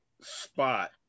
spot